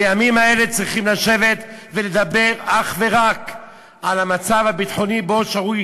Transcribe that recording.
בימים האלה צריכים לשבת ולדבר אך ורק על המצב הביטחוני שבו שרויים